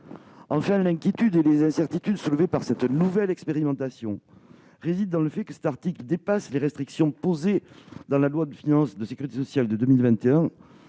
Enfin, l'inquiétude et les incertitudes soulevées par cette nouvelle expérimentation résident dans le fait que cet article dépasse les restrictions posées dans loi de financement de la sécurité sociale pour 2021,